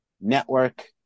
Network